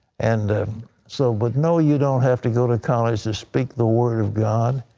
and so, but no, you don't have to go to college to speak the word of god.